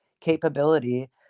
capability